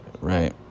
right